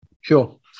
Sure